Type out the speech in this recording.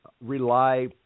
rely